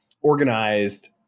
organized